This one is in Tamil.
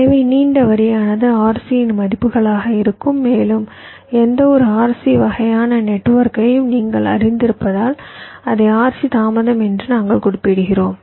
எனவே நீண்ட வரியானது RC யின் மதிப்புகளாக இருக்கும் மேலும் எந்தவொரு RC வகையான நெட்வொர்க்கையும் நீங்கள் அறிந்திருப்பதால் அதை RC தாமதம் என்று நாங்கள் குறிப்பிடுகிறோம்